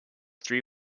three